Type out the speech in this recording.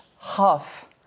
half